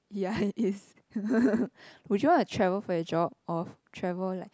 ya it is would you want travel for your job or travel like